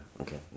okay